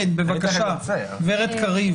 בבקשה, הגב' קריב.